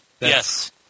Yes